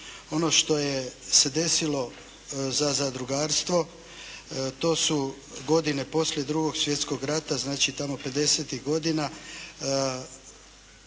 ono što je se desilo za zadrugarstvo, to su godine poslije 2. svjetskog rata, znači tamo 50-tih godina